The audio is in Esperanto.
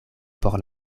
por